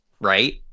right